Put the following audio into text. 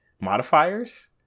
Modifiers